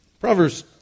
Proverbs